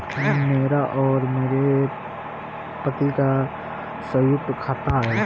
मेरा और मेरे पति का संयुक्त खाता है